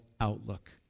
outlook